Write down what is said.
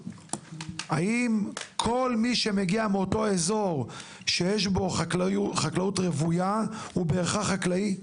האם כל מי שמגיע מאותו אזור שיש בו חקלאות רוויה הוא בהכרח חקלאי?